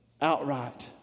outright